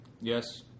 Yes